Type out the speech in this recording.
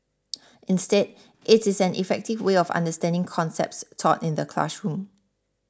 instead it is an effective way of understanding concepts taught in the classroom